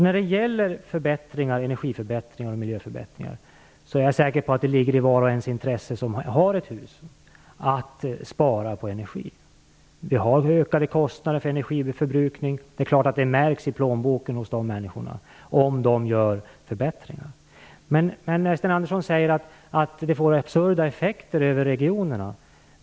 När det gäller energiförbättringar och miljöförbättringar är jag säker på att det ligger i intresset hos var och en som har ett hus att spara energi. Vi har ökade kostnader för energiförbrukning. Det är klart att det märks i plånboken hos de människorna om de gör förbättringar. Sten Andersson säger att bestämmelsen får absurda effekter över regionerna.